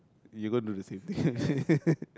you going to do the same thing